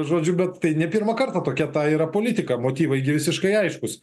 žodžiu bet tai ne pirmą kartą tokia ta yra politika motyvai gi visiškai aiškūs